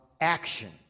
action